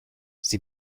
sie